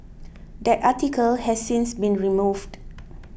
that article has since been removed